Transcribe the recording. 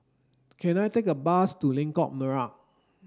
can I take a bus to Lengkok Merak